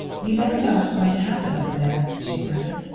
you never know what's going to happen over there, she asserted.